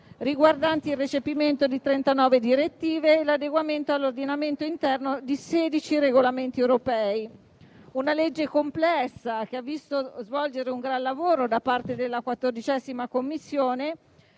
riguardanti il recepimento di 39 direttive e l'adeguamento dell'ordinamento interno a 16 regolamenti europei; una legge complessa, che ha visto svolgere un gran lavoro da parte della 14a Commissione